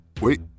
wait